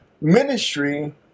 ministry